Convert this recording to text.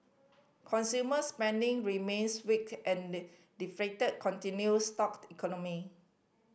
consumer spending remains weak and continue stalk the economy